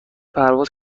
پرواز